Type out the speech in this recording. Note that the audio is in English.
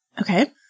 Okay